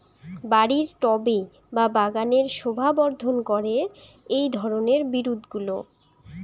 বাড়ির টবে বা বাগানের শোভাবর্ধন করে এই ধরণের বিরুৎগুলো